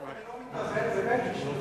אני לא מתנחל, וב.